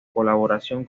colaboración